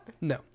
no